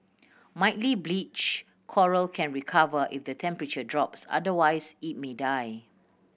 mildly bleached coral can recover if the temperature drops otherwise it may die